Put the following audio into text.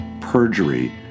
perjury